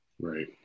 Right